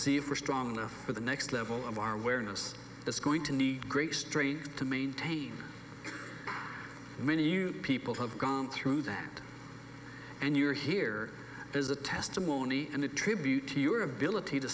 see if we're stronger for the next level of our awareness is going to need great strain to maintain many you people have gone through that and you're here is a testimony and a tribute to your ability to